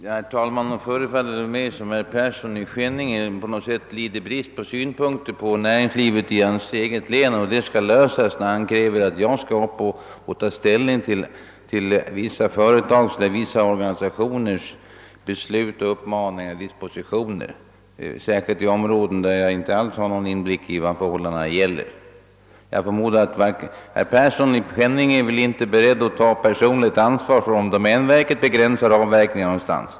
Herr talman! Det förefaller mig som om herr Persson i Skänninge på något sätt lider brist på synpunkter på hur problemen för näringslivet i hans eget län skall lösas, när han kräver att jag skall ta ställning till vissa företags eller organisationers uppmaningar och dispositioner, särskilt i områden där jag inte alls har någon inblick i förhållandena. Jag förmodar att herr Persson i Skänninge inte är beredd att ta personligt ansvar för om domänverket begränsar avverkningarna någonstans.